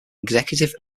executive